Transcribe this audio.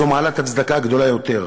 זאת מעלת הצדקה הגדולה יותר.